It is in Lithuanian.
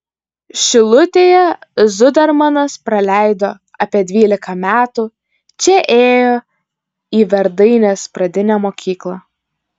šilutėje zudermanas praleido apie dvylika metų čia ėjo į verdainės pradinę mokyklą